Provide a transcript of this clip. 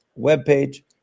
webpage